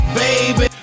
baby